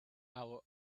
our